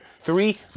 Three